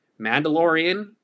Mandalorian